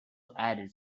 added